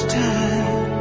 time